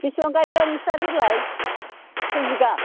बेसेबां गायदों नोंसोरना देग्लाय खै बिगा